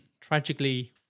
Tragically